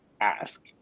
ask